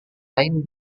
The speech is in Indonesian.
lain